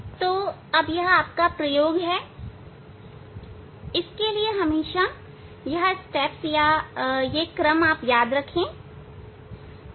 तो यह प्रयोग है इसके लिए इसलिए हमेशा यह क्रम याद रखिए